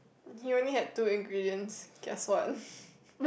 he only had two ingredients guess what